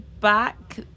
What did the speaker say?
back